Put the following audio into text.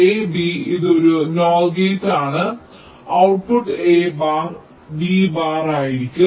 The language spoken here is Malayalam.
a b ഇതൊരു NOR ഗേറ്റ് ആണ് അതിനാൽ output a bar b bar ആയിരിക്കും